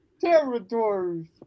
territories